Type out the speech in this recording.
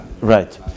Right